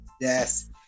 Yes